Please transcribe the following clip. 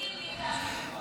הדברים שאני אומרת הם דברים,